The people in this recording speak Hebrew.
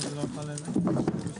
תודה רבה לכולם, הישיבה נעולה.